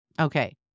Okay